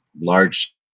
large